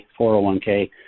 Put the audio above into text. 401k